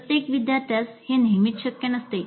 प्रत्येक विद्यार्थ्यास हे नेहमीच शक्य नसते